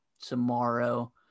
tomorrow